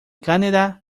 canadá